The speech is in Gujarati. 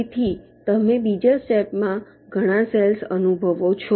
તેથી તમે બીજા સ્ટેપ માં ઘણા સેલ્સ અનુભવો છો